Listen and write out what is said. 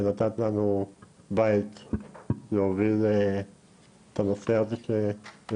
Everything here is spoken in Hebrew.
על שנתת לנו בית להוביל את הנושא הזה שלמעשה